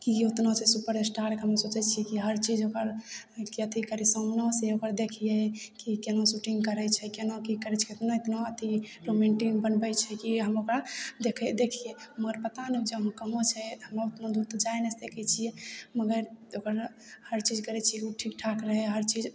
कि ओतना छै सुपरस्टारके हम सोचै छिए कि हर चीज ओकरके अथी करी सामनासे ओकर देखिए कि कोना शूटिन्ग करै छै कोना कि करै छै एतना एतना अथी मेन्टेन बनबै छै कि हम ओकरा देखै देखिए मगर पता नहि ओ कहै छै हम ओतना दूर तऽ जा नहि सकै छिए मगर ओकर हर चीज करै छिए ओ ठीक ठाक रहै हर चीज